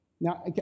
Now